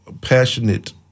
passionate